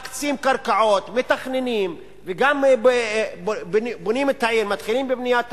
מקצים קרקעות, מתכננים וגם בונים את העיר,